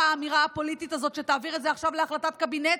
האמירה הפוליטית הזאת שתעביר את זה עכשיו להחלטת קבינט